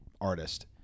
artist